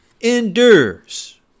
endures